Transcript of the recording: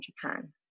Japan